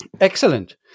Excellent